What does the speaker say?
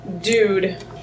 dude